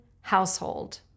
household